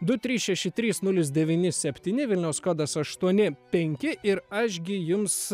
du trys šeši trys nulis devyni septyni vilniaus kodas aštuoni penki ir aš gi jums